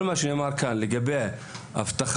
כל מה שנאמר כאן לגבי אבטחה,